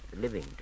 living